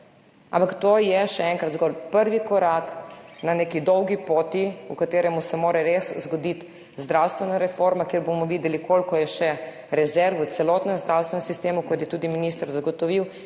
Ampak to je, še enkrat, zgolj prvi korak na neki dolgi poti, v katerem se mora res zgoditi zdravstvena reforma, kjer bomo videli, koliko je še rezerv v celotnem zdravstvenem sistemu, kot je tudi minister zagotovil.